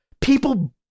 People